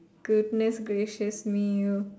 goodness gracious me you